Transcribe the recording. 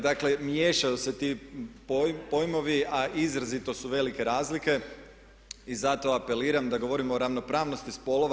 Dakle, miješaju se ti pojmovi a izrazito su velike razlike i zato apeliram da govorimo o ravnopravnosti spolova.